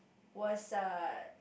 was uh